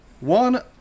One